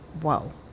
Whoa